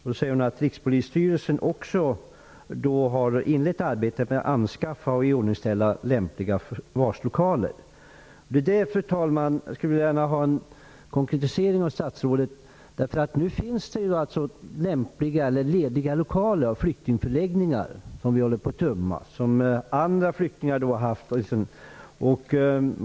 Hon säger att Rikspolisstyrelsen har inlett arbetet med att anskaffa och iordningställa lämpliga förvarslokaler. Jag skulle vilja ha en konkretisering av statsrådet. Det kommer nu att finnas lediga lokaler, eftersom vi håller på att tömma flyktingförläggningar.